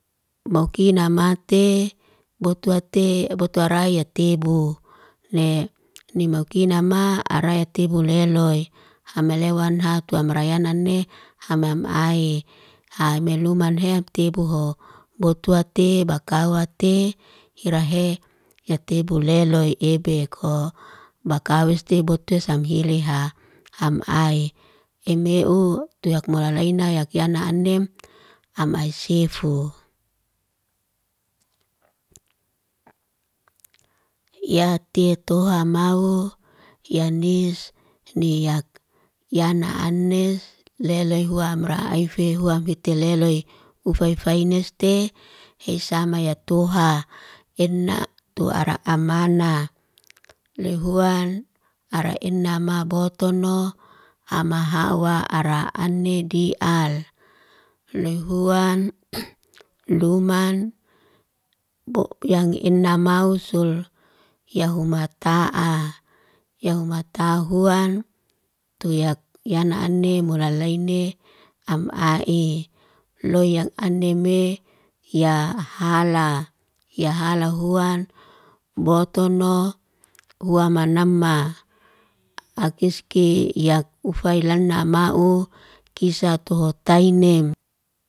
Bokina mate, botuwate, botuwa raya tebu. Ne nemakina ma ara tebu leloy. Ham malewan hak tuam rayana ne, hama amae hame lumanhe tebu ho. Butuwa te, bakawa te, hirahe. Ya tebu leloy ebeko, bakawis te, botu samhiliha.` am ae emeu tuyakmulalaina, yak yana anem am ai sifu. ya te toha mau yanis niyak, yana anes leloy huwa mara ife huwa mbite leloy, ufai faineste hesama ya tuha. Ena tu ara amana, lihuan ara ena maa botono, hama hawa are ane di'al. Loy huan luman bo yang ena mausul, ya huma taa, ya huma tahuwan tuyak yana ane mulalaine am' ai. Loy yang aneme, ya hala. Ya hala huwan, botono huwa manama. Akiski yak ufailana maau kisa tuh tainem.